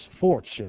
fortune